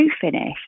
finish